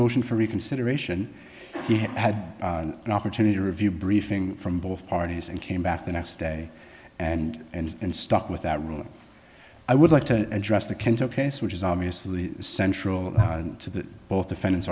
motion for reconsideration he had an opportunity to review briefing from both parties and came back the next day and and and stuck with that rule i would like to address the kendo case which is obviously central to the both defendants